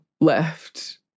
left